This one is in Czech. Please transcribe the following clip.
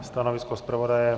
Stanovisko zpravodaje?